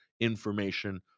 information